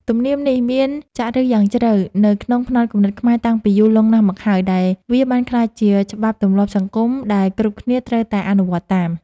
ទំនៀមនេះមានចាក់ឫសយ៉ាងជ្រៅនៅក្នុងផ្នត់គំនិតខ្មែរតាំងពីយូរលង់ណាស់មកហើយដែលវាបានក្លាយជាច្បាប់ទម្លាប់សង្គមដែលគ្រប់គ្នាត្រូវតែអនុវត្តតាម។